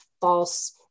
false